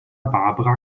barbara